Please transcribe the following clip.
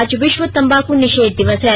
आज विष्व तंबाकू निषेध दिवस है